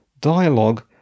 dialogue